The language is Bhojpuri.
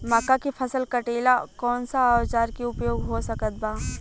मक्का के फसल कटेला कौन सा औजार के उपयोग हो सकत बा?